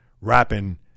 Rapping